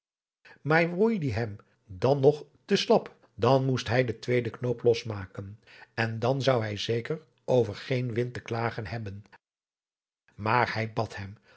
maar woei die hem dan nog te slap dan moest adriaan loosjes pzn het leven van johannes wouter blommesteyn hij den tweeden knoop los maken en dan zou hij zeker over geen wind te klagen hebben maar hij bad hem